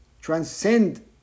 transcend